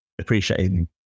appreciating